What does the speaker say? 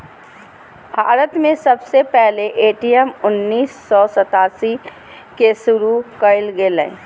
भारत में सबसे पहले ए.टी.एम उन्नीस सौ सतासी के शुरू कइल गेलय